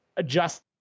adjust